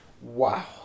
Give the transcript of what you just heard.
Wow